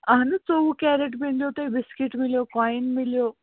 اَہن نُہ ژوٚوُہ کیرٮ۪ٹ میلنو تۄہہِ بِسکِٹ میلیو کایِن میلیو